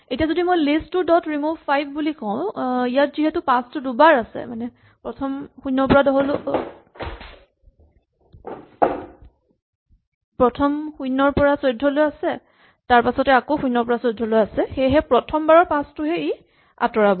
এতিয়া যদি মই list two dot remove five বুলি কওঁ ইয়াত যিহেতু পাঁচটো দুবাৰ আছে সেয়েহে প্ৰথম বাৰৰ পাঁচটো ই আঁতৰাব